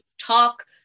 talk